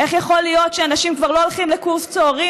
איך יכול להיות שאנשים כבר לא הולכים לקורס צוערים,